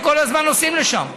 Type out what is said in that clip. שכל הזמן נוסעים לשם?